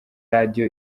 radio